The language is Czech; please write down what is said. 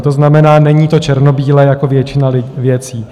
To znamená, není to černobílé jako většina věcí.